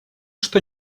что